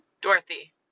Dorothy